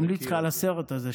אני ממליץ לך על הסרט הזה.